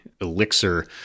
elixir